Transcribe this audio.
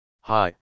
Hi